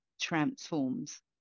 transforms